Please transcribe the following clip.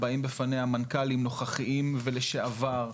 נוכחים בוועדה מנכל"ים נוכח כחיים ולשעבר,